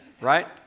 right